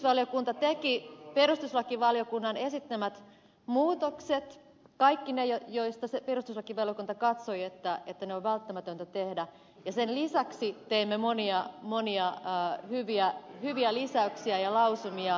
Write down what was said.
sivistysvaliokunta teki perustuslakivaliokunnan esittämän muutokset kaikki ne joista perustuslakivaliokunta katsoi että ne on välttämätöntä tehdä ja sen lisäksi teimme monia monia hyviä lisäyksiä ja lausumia